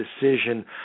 decision